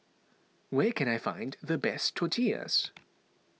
where can I find the best Tortillas